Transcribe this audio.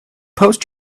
post